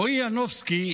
רועי ינובסקי,